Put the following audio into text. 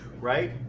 right